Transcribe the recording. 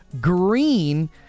Green